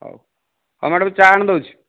ହଉ ହଉ ମ୍ୟାଡ଼ମ୍ ଚା' ଆଣିଦେଉଛି